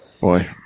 Boy